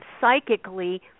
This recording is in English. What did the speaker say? psychically